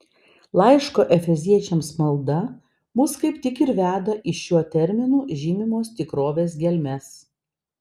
laiško efeziečiams malda mus kaip tik ir veda į šiuo terminu žymimos tikrovės gelmes